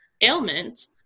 ailment